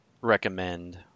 recommend